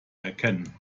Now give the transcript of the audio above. erkennen